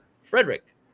Frederick